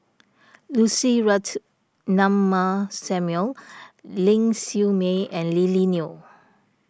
Lucy Ratnammah Samuel Ling Siew May and Lily Neo